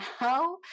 now